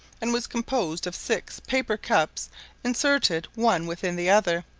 and was composed of six paper cups inserted one within the other,